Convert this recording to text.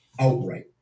outright